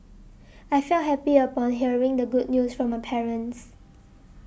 I felt happy upon hearing the good news from my parents